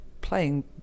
playing